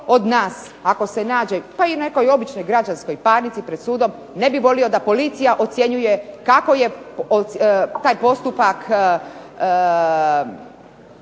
od nas ako se nađe pa i u nekoj običnoj građanskoj parnici pred sudom ne bi volio da policija ocjenjuje kako je taj postupak,